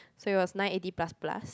so it was nine eighty plus plus